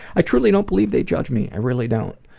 i truly don't believe they judge me. i really don't.